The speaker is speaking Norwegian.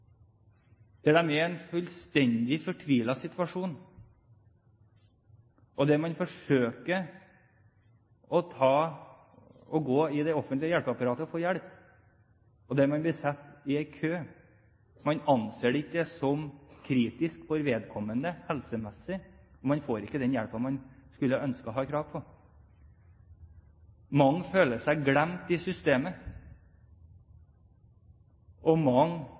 en fullstendig fortvilet situasjon og forsøker å gå til det offentlige hjelpeapparatet og få hjelp, men blir satt i kø. Man anser det ikke som kritisk for vedkommende helsemessig, og man får ikke den hjelpen man skulle ønske, og har krav på. Mange føler seg glemt av systemet. Mange